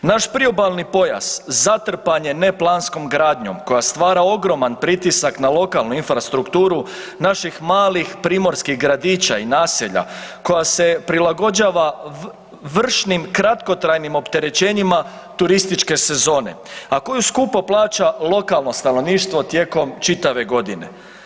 Naš priobalni pojas zatrpan je neplanskom gradnjom koja stvara ogroman pritisak na lokalnu infrastrukturu naših malih primorskih gradića i naselja koja se prilagođava vršnim kratkotrajnim opterećenjima turističke sezone, a koju skupo plaća lokalno stanovništvo tijekom čitave godine.